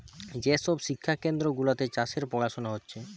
যে সব শিক্ষা কেন্দ্র গুলাতে চাষের পোড়ানা হচ্ছে